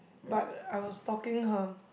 but I was stalking her